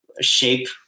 shape